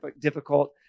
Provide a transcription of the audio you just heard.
difficult